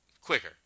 quicker